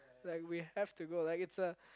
like we have to go like it's a